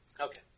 Okay